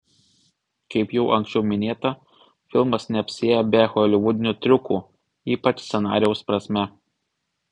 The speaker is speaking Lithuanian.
kaip jau anksčiau minėta filmas neapsiėjo be holivudinių triukų ypač scenarijaus prasme